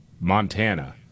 Montana